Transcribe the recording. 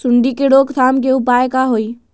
सूंडी के रोक थाम के उपाय का होई?